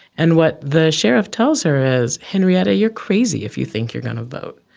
and what the sheriff tells her is, henrietta, you're crazy if you think you're going to vote.